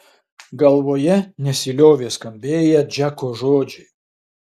galvoje nesiliovė skambėję džeko žodžiai